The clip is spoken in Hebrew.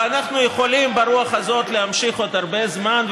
ואנחנו יכולים ברוח הזאת להמשיך עוד הרבה זמן,